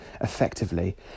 effectively